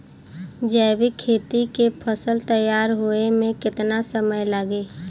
जैविक खेती के फसल तैयार होए मे केतना समय लागी?